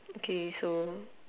okay so